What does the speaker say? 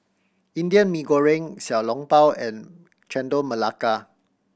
Indian Mee Goreng Xiao Long Bao and Chendol Melaka